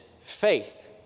faith